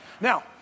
Now